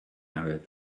arab